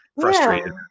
frustrated